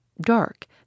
dark